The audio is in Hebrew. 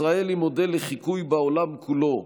ישראל היא מודל לחיקוי בעולם כולו,